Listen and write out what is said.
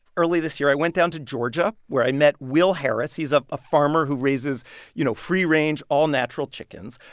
early this year i went down to georgia where i met will harris. is um a farmer who raises you know free range all natural chickens.